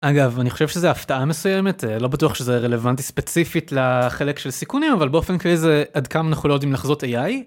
אגב אני חושב שזה הפתעה מסוימת לא בטוח שזה רלוונטי ספציפית לחלק של סיכונים אבל באופן כזה עד כמה אנחנו לא יודעים לחזות AI